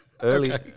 early